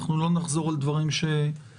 אנחנו לא נחזור על דברים שנאמרו,